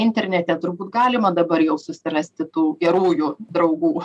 internete turbūt galima dabar jau susirasti tų gerųjų draugų